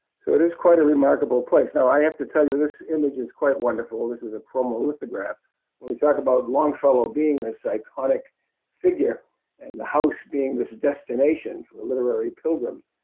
so it is quite a remarkable place. now i have to tell you this image is quite wonderful. this is a chromolithograph. when we talk about longfellow being this iconic figure and the house being this destination for the literary pilgrims,